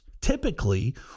Typically